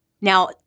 Now